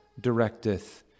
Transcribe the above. directeth